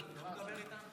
לשר מותר לדבר איתנו?